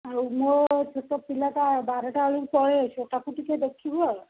ଆଉ ମୋ ଛୋଟ ପିଲାଟା ବାରଟା ବେଳକୁ ପଳାଇ ଆସିବ ତାକୁ ଟିକେ ଦେଖିବୁ ଆଉ